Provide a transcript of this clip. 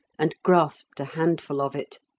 and grasped a handful of it.